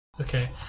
Okay